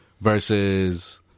versus